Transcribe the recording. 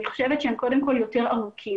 אני חושבת שהם קודם כל יותר ארוכים